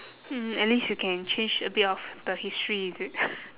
mm at least you can change a bit of the history is it